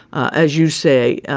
as you say,